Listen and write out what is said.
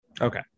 Okay